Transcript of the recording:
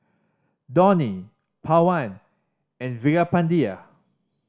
Dhoni Pawan and Veerapandiya